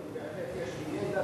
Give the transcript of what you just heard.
באמת יש לי ידע